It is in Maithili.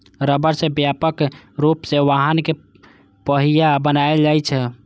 रबड़ सं व्यापक रूप सं वाहनक पहिया बनाएल जाइ छै